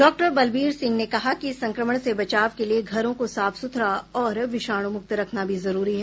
doctor Balbir Singh ने कहा कि संक्रमण से बचाव के लिए घरों को साफ सुथरा और विषाणुमुक्त रखना भी जरूरी है